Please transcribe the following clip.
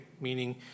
Meaning